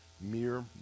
mere